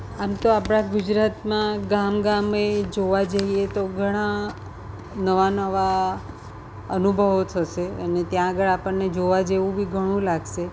આમ તો આપણા ગુજરાતમાં ગામ ગામે જોવા જઈએ તો ઘણા નવા નવા અનુભવો થશે અને ત્યાં આગળ આપણને જોવા જેવું બિ ઘણું લાગશે